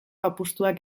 apustuak